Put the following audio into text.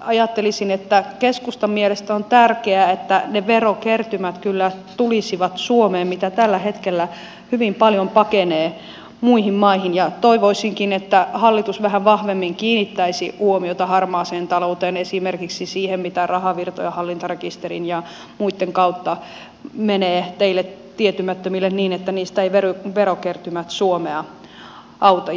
ajattelisin että keskustan mielestä on tärkeää että ne verokertymät kyllä tulisivat suomeen mitä tällä hetkellä hyvin paljon pakenee muihin maihin ja toivoisinkin että hallitus vähän vahvemmin kiinnittäisi huomiota harmaaseen talouteen esimerkiksi siihen mitä rahavirtoja hallintarekisterin ja muitten kautta menee teille tietymättömille niin että verokertymät niistä eivät suomea auta